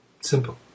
Simple